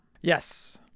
yes